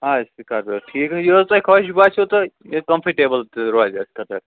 ٹھیٖک حظ یہِ حظ تۄہہِ خۄش باسو تہٕ بیٚیہِ کَمٛفٲٹیبٕل تہٕ روزِ اَسہِ خٲطر